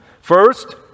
First